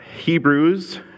Hebrews